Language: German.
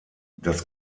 das